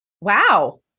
Wow